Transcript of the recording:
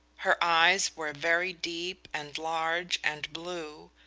her eyes were very deep and large and blue,